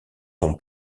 son